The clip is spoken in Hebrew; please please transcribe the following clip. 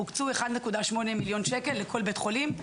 הוקצו 1,800,000 ש"ח לכל בית חולים.